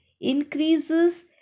increases